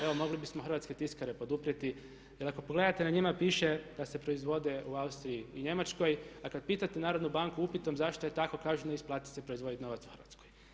Evo mogli bismo hrvatske tiskare poduprijeti, jer ako pogledate na njima piše da se proizvode u Austriji i Njemačkoj, a kad pitate Narodnu banku upitom zašto je tako, kažu ne isplati se proizvoditi novac u Hrvatskoj.